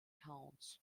counts